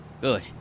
Good